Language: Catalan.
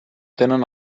tenen